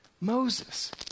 Moses